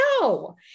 no